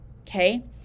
okay